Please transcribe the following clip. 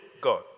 God